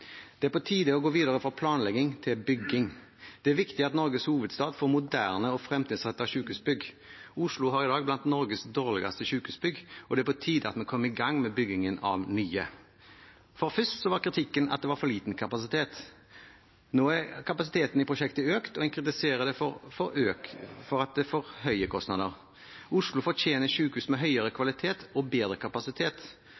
Det er på tide å gå videre fra planlegging til bygging. Det er viktig at Norges hovedstad får moderne og fremtidsrettede sykehusbygg. Oslo har i dag blant Norges dårligste sykehusbygg, og det er på tide at vi kommer i gang med byggingen av nye. Først var kritikken at det var for liten kapasitet. Nå er kapasiteten i prosjektet økt, og en kritiserer det for at det er for høye kostnader. Oslo fortjener sykehus med høyere